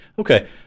Okay